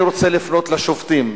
אני רוצה לפנות לשובתים,